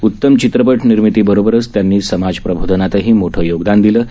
उत्तम चित्रपट निर्मितीबरोबरच त्यांनी समाजप्रबोधनातही मोठं योगदान दिलं आहे